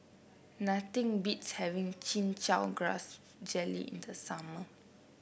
nothing beats having Chin Chow Grass Jelly in the summer